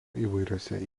įvairiose